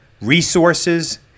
resources